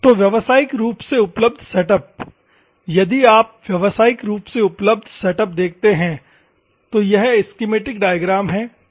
तो व्यावसायिक रूप से उपलब्ध सेटअप यदि आप व्यावसायिक रूप से उपलब्ध सेटअप देखते हैं तो यह स्कीमैटिक डायग्राम है ठीक है